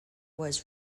was